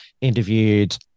interviewed-